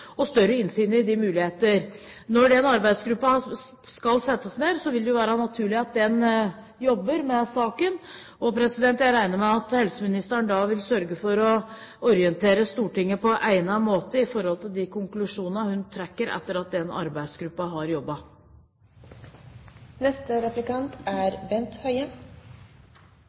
og større muligheter for innsyn. Når den arbeidsgruppen nedsettes, vil det være naturlig at den jobber med saken, og jeg regner med at helseministeren vil sørge for å orientere Stortinget på egnet måte om de konklusjonene hun trekker etter at den arbeidsgruppen har jobbet. Mitt spørsmål dreier seg om om statsråden kan gi noen antydninger om når denne arbeidsgruppen vil bli nedsatt. Når er